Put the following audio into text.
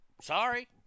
Sorry